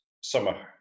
summer